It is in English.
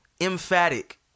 emphatic